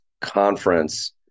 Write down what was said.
Conference